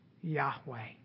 Yahweh